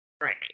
Right